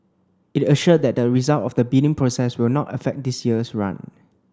it assured that the result of the bidding process will not affect this year's run